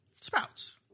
Sprouts